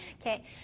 Okay